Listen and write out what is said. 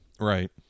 Right